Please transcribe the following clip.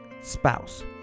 spouse